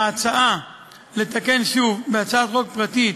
ההצעה לתקן שוב בהצעת חוק פרטית